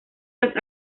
las